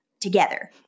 together